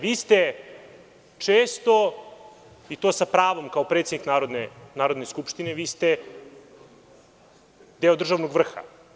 Vi ste često i to sa pravom kao predsednik Narodne skupštine deo državnog vrha.